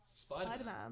Spider-Man